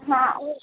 हाँ वो